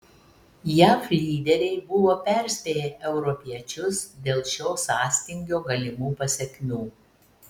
jav lyderiai buvo perspėję europiečius dėl šio sąstingio galimų pasekmių